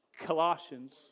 Colossians